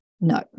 no